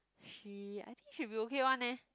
she I think should be okay one leh